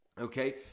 okay